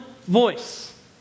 voice